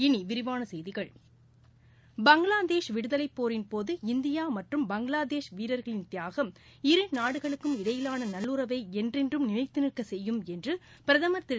இனி விரிவான செய்திகள் பங்களாதேஷ் விடுதலை போரின் போது இந்தியா மற்றும் பங்களாதேஷ் வீரர்களின் தியாகம் இரு நாடுகளுக்கும் இடையிலான நல்லுறவை என்றென்றும் நிலைத்துநிற்க செய்யும் என்று பிரதமர் திரு